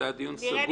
זה היה דיון סגור.